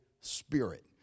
Spirit